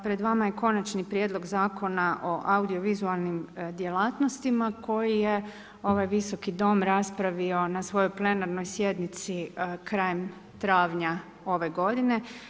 Pred vama je Konačni prijedlog Zakona o audiovizualni djelatnostima, koji je ovaj Visoki dom, raspravio na svojoj plenarnoj sjednici krajem travnja ove godine.